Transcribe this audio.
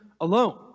alone